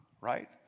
right